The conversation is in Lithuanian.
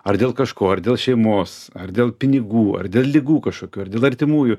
ar dėl kažko ar dėl šeimos ar dėl pinigų ar dėl ligų kažkokių ar dėl artimųjų